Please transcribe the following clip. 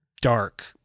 dark